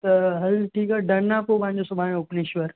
त हलु ठीकु आहे डन आहे पोइ पंहिंजो सुभाणे उपनेश्वर